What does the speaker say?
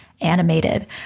animated